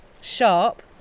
sharp